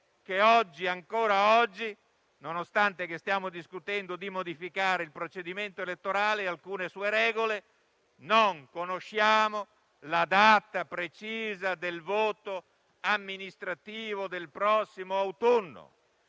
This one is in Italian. che ancora oggi, nonostante stiamo discutendo di modificare il procedimento elettorale e alcune sue regole, non conosciamo la data precisa del voto amministrativo del prossimo autunno.